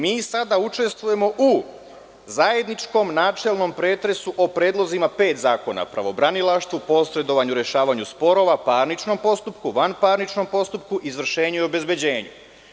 Mi sada učestvujemo u zajedničkom načelnom pretresu o predlozima pet zakona, pravobranilaštvu, posredovanju, rešavanju sporova, parničnom postupku, vanparničnom postupku, izvršenju i obezbeđenju.